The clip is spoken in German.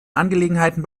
angelegenheiten